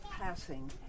passing